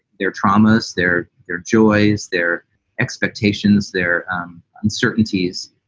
their traumas, their their joys, their expectations, their um uncertainties.